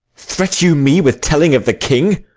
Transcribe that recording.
threat you me with telling of the king?